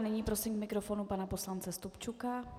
Nyní prosím k mikrofonu pana poslance Stupčuka.